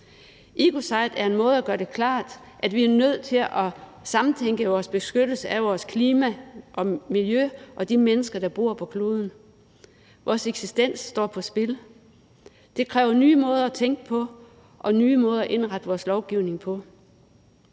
Ecocide er en måde at gøre det klart, at vi er nødt til at samtænke beskyttelsen af vores klima og miljø og de mennesker, der bor på kloden. Vores eksistens står på spil. Det kræver nye måder at tænke på og nye måder at indrette vores lovgivning på.